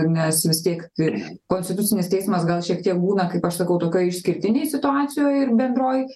nes vis tiek konstitucinis teismas gal šiek tiek būna kaip aš sakau tokioj išskirtinėj situacijoj ir bendroj